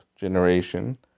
generation